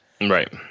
Right